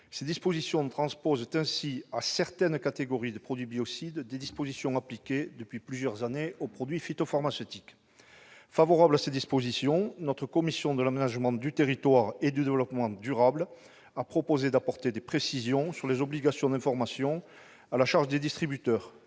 Ces dispositions tendaient donc à transposer à certaines catégories de produits biocides des dispositions appliquées depuis plusieurs années aux produits phytopharmaceutiques. Favorable à cette évolution, la commission de l'aménagement du territoire et du développement durable a proposé d'apporter des précisions sur les obligations d'information à la charge des distributeurs.